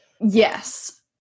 Yes